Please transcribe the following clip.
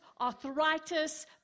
arthritis